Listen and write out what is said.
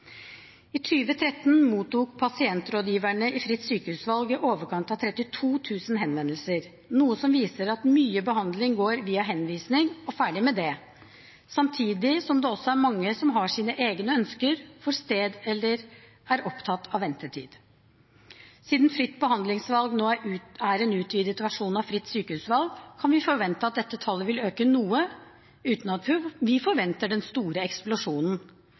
I 2013 mottok pasientrådgiverne i Fritt sykehusvalg i overkant av 32 000 henvendelser, noe som viser at mye behandling går via henvisninger og ferdig med det, samtidig som det også er mange som har sine egne ønsker for sted, eller som er opptatt av ventetid. Siden fritt behandlingsvalg nå er en utvidet versjon av fritt sykehusvalg, kan vi forvente at dette tallet vil øke noe, uten at vi forventer den store eksplosjonen.